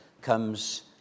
comes